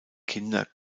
kinder